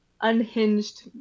unhinged